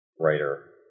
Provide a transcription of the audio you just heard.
writer